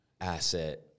asset